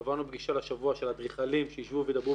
קבענו לפגישה לשבוע של אדריכלים שישבו וידברו